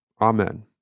Amen